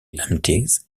empties